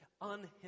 unhindered